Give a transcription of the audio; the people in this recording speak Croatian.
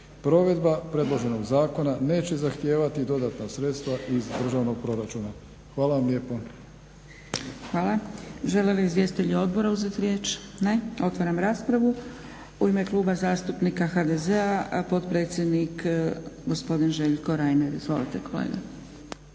Provedba predloženog zakona neće zahtijevati dodatna sredstva iz državnog proračuna. Hvala vam lijepo. **Zgrebec, Dragica (SDP)** Hvala. Žele li izvjestitelji odbora uzeti riječ? Ne. Otvaram raspravu. U ime Kluba zastupnika HDZ-a potpredsjednik gospodin Željko Reiner. Izvolite kolega.